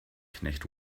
knecht